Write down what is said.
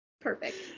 perfect